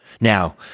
Now